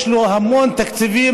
יש לו המון תקציבים,